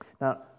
Now